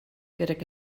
gydag